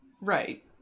Right